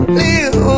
live